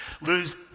lose